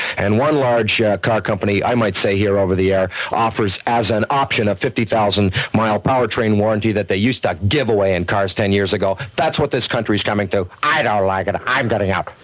and one large car company i might say here over the air, offers as an option, a fifty thousand mile power train warranty that they used to give away in cars ten years ago. that's what this country's coming to, i don't like it, i'm getting out.